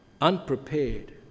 unprepared